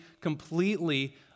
completely